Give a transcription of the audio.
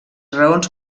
raons